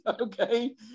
okay